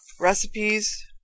Recipes